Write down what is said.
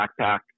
backpack